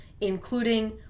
including